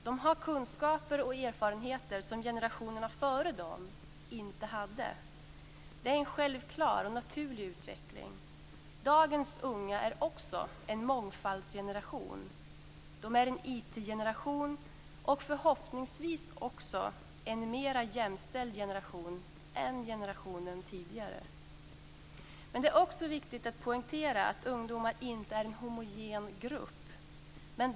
De har kunskaper och erfarenheter som generationerna före dem inte hade. Det är en självklar och naturlig utveckling. Dagens unga är också en mångfaldsgeneration. De är en IT-generation och förhoppningsvis också en mera jämställd generation än generationen tidigare. Det är också viktigt att poängtera att ungdomar inte är en homogen grupp.